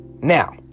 Now